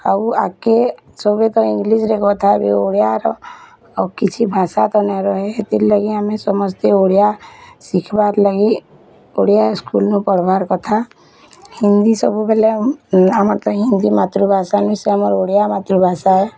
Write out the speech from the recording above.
ଆଉ ଆଗ୍କେ ସବେ ତ ଇଂଲିସ୍ରେ କଥା ହେବେ ଓଡ଼ିଆର ଆଉ କିଛି ଭାଷା ତ ନାଇଁ ରହେ ହେତିର୍ ଲାଗି ଆମେ ସମସ୍ତେ ଓଡ଼ିଆ ଶିଖବାର୍ ଲାଗି ଓଡ଼ିଆ ସ୍କୁଲନେ ପଢ଼ବାର୍ କଥା ହିନ୍ଦୀ ସବୁବେଲେ ଆମର୍ ତ ହିନ୍ଦୀ ମାତୃଭାଷା ନାଇଁସେ ଆମର୍ ତ ଓଡ଼ିଆ ମାତୃଭାଷା ଏ